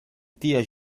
tia